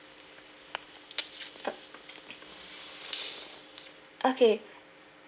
okay